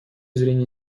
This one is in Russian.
зрения